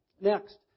Next